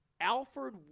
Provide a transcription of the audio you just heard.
Alfred